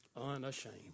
Unashamed